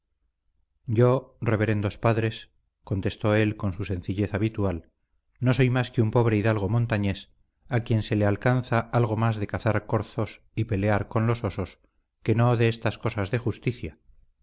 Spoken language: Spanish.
yo reverendos padres contestó él con su sencillez habitual no soy más que un pobre hidalgo montañés a quien se le alcanza algo más de cazar corzos y pelear con los osos que no de estas cosas de justicia